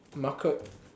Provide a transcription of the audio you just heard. market